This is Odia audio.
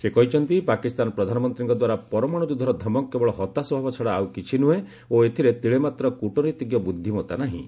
ସେ କହିଛନ୍ତି ପାକିସ୍ତାନ ପ୍ରଧାନମନ୍ତ୍ରୀଙ୍କ ଦ୍ୱାରା ପରମାଣୁ ଯୁଦ୍ଧର ଧମକ କେବଳ ହତାଶଭାବ ଛଡ଼ା ଆଉ କିଛି ନୁହେଁ ଓ ଏଥିରେ ତିଳେମାତ୍ର କ୍ରଟନୀତିଜ୍ଞ ବୁଦ୍ଧିମତା ନାହିଁ